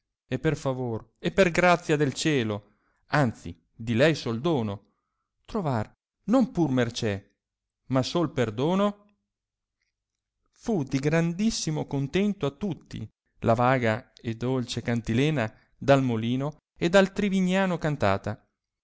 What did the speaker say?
e per favor e per grazia del cielo anzi di lei sol dono trovar non pur mercè ma sol perdono fu di grandissimo contento a tutti la vaga e dolce cantilena dal molino e dal trivignano cantata